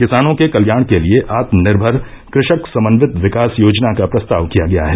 किसानों के कल्याण के लिए आत्मनिर्मर कृषक समन्वित विकास योजना का प्रस्ताव किया गया है